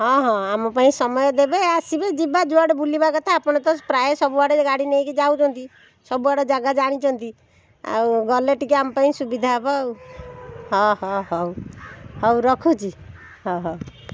ହଁ ହଁ ଆମ ପାଇଁ ସମୟ ଦେବେ ଆସିବେ ଯିବା ଯୁଆଡ଼େ ବୁଲିବା କଥା ଆପଣ ତ ପ୍ରାଏ ସବୁଆଡ଼େ ଗାଡ଼ି ନେଇକି ଯାଉଛନ୍ତି ସବୁଆଡ଼େ ଜାଗା ଜାଣିଛନ୍ତି ଆଉ ଗଲେ ଟିକିଏ ଆମ ପାଇଁ ସୁବିଧା ହବ ଆଉ ହଁ ହଁ ହଉ ହଉ ରଖୁଛି ହଉ ହଉ